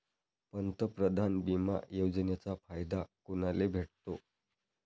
पंतप्रधान बिमा योजनेचा फायदा कुनाले भेटतो?